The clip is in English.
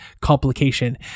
complication